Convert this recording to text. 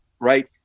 right